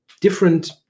different